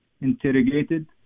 interrogated